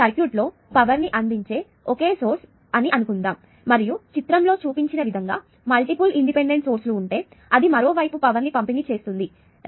సర్క్యూట్లో ఇది పవర్ ని అందించే ఒకే సోర్స్ అని అనుకుందాం మరియు ఈ చిత్రంలో చూపించిన విధంగా మల్టీపుల్ ఇండిపెండెంట్ సోర్స్ లు ఉంటే అది మరోవైపు పవర్ ని పంపిణీ చేస్తుంది